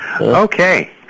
Okay